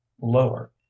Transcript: lower